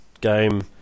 game